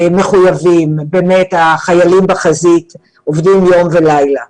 מחויבים, הם החיילים בחזית ועובדים יום ולילה.